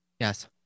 Yes